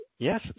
Yes